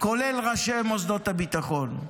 צריכים להתפטר, כולל ראשי מוסדות הביטחון.